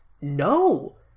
No